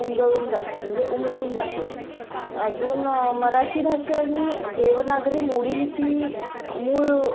उमगळून जाते म्हणजे उमगून जाते अजून मराठी भाषा ही देवनागरी मोडी लिपी मूळ